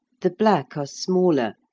the black are smaller,